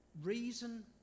reason